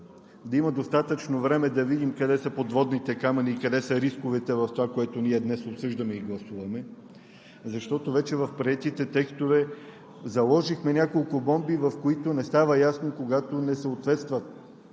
да има достатъчно време, за да видим къде са подводните камъни и къде са рисковете в това, което ние днес обсъждаме и гласуваме. Защото вече в приетите текстове заложихме няколко бомби. Не става ясно, когато не съответстват